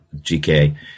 GK